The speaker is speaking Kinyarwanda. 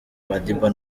madiba